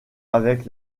avec